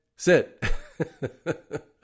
Sit